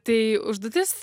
tai užduotis